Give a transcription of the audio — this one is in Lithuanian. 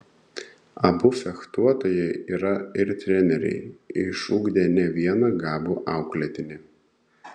abu fechtuotojai yra ir treneriai išugdę ne vieną gabų auklėtinį